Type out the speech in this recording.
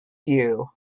you